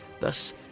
thus